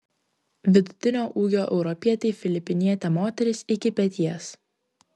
vidutinio ūgio europietei filipinietė moteris iki peties